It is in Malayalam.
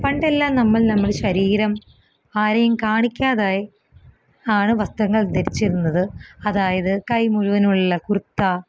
പണ്ടെല്ലാം നമ്മള് നമ്മുടെ ശരീരം ആരെയും കാണിക്കാതായി ആണ് വസ്ത്രങ്ങള് ധരിച്ചിരുന്നത് അതായത് കൈ മുഴുവനുള്ള കുര്ത്ത